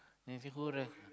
then he say